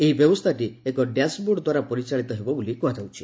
ଏହି ବ୍ୟବସ୍କାଟି ଏକ ଡ୍ୟାସ୍ବୋର୍ଡ ଦ୍ୱାରା ପରିଚାଳିତ ହେବ ବୋଲି କୁହାଯାଉଛି